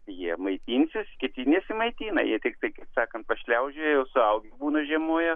jie maitinsis kiti nesimaitina jie tiktai kaip sakant pašliaužioja jau suaugę būna žiemoja